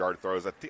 throws